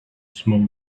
smoke